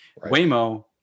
Waymo